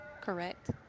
correct